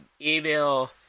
email